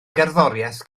gerddoriaeth